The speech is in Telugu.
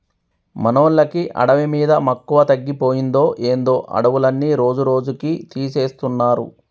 మనోళ్ళకి అడవి మీద మక్కువ తగ్గిపోయిందో ఏందో అడవులన్నీ రోజురోజుకీ తీసేస్తున్నారు